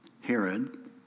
Herod